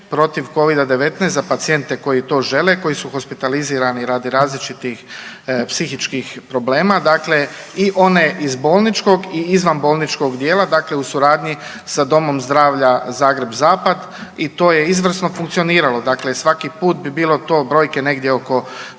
protiv Covida-19 za pacijente koji to žele koji su hospitalizirani radi različitih psihičkih problema. Dakle i one iz bolničkog i izvan bolničkog dijela dakle, u suradnji sa Domom zdravlja Zagreb zapad i to je izvrsno funkcioniralo. Dakle, svaki put bi bilo to brojke negdje oko 100,